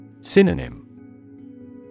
Synonym